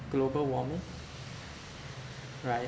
global warming right